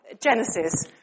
Genesis